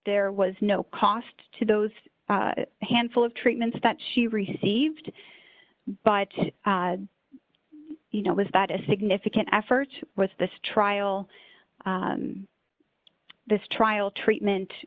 there was no cost to those handful of treatments that she received but you know was that a significant effort with this trial this trial treatment